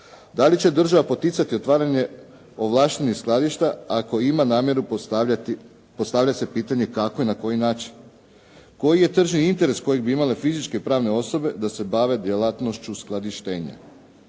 Da li će država poticati otvaranje ovlaštenih skladišta ako ima namjeru postavljati, postavlja se pitanje kako i na koji način? Koji je tržni interes kojeg bi imale fizičke i pravne osobe da se bave djelatnošću uskladištenja?